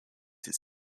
his